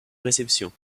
réception